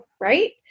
Right